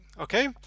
okay